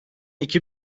iki